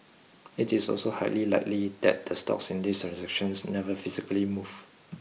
it is also highly likely that the stocks in these transactions never physically moved